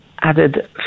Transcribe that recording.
added